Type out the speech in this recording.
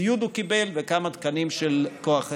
כמה תקנים של סיעוד הוא קיבל וכמה תקנים של כוח עזר.